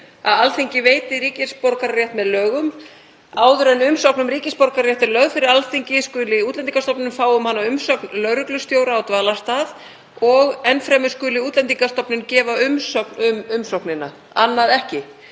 Alþingi veiti ríkisborgararétt með lögum. Áður en umsókn um ríkisborgararétt er lögð fyrir Alþingi skuli Útlendingastofnun fá um hana umsögn lögreglustjóra á dvalarstað og enn fremur skuli Útlendingastofnun gefa umsögn um umsóknina. Annað ekki.